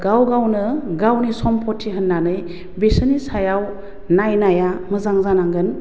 गाव गावनो गावनि सम्फथि होन्नानै बिसोरनि सायाव नायनाया मोजां जानांगोन